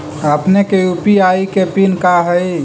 अपने के यू.पी.आई के पिन का हई